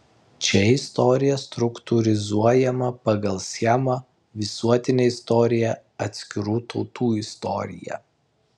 čia istorija struktūrizuojama pagal schemą visuotinė istorija atskirų tautų istorija